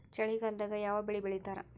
ಚಳಿಗಾಲದಾಗ್ ಯಾವ್ ಬೆಳಿ ಬೆಳಿತಾರ?